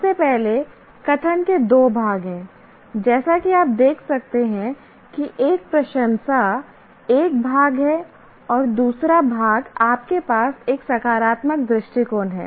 सबसे पहले कथन के 2 भाग हैं जैसा कि आप देख सकते हैं कि एक प्रशंसा एक भाग है और दूसरा भाग आपके पास एक सकारात्मक दृष्टिकोण है